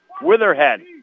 Witherhead